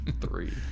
Three